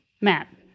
Matt